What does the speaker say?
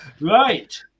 right